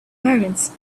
moments